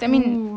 oo